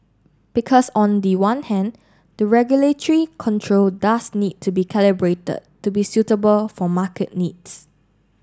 because on the one hand the regulatory control does need to be calibrated to be suitable for market needs